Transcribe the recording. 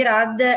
Rad